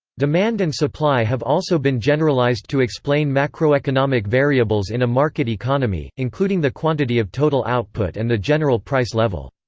demand and supply have also been generalised to explain macroeconomic variables in a market economy, including the quantity of total output and the general price level.